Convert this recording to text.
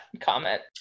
comment